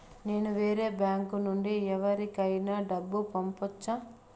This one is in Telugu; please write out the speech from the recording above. నేను వేరే బ్యాంకు నుండి ఎవరికైనా డబ్బు పంపొచ్చా?